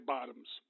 Bottoms